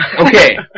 Okay